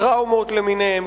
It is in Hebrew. טראומות למיניהן,